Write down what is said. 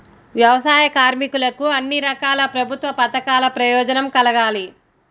వ్యవసాయ కార్మికులకు అన్ని రకాల ప్రభుత్వ పథకాల ప్రయోజనం కలగాలి